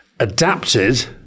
adapted